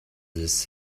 this